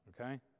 okay